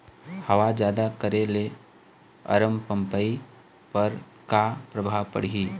हवा जादा करे ले अरमपपई पर का परभाव पड़िही?